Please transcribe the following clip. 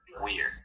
weird